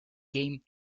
game